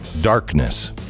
darkness